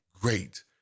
great